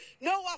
No